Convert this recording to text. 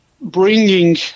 bringing